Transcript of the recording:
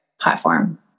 platform